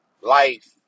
life